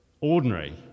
ordinary